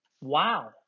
wow